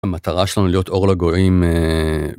המטרה שלנו להיות אור לגויים.